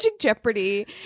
Jeopardy